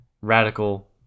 radical